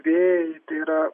vėjai tai yra